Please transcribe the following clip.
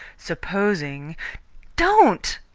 supposing don't!